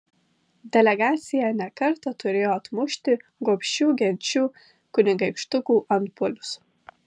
delegacija ne kartą turėjo atmušti gobšių genčių kunigaikštukų antpuolius